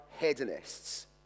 hedonists